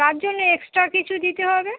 তার জন্য এক্সট্রা কিছু দিতে হবে